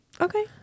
Okay